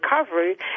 recovery